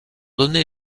donné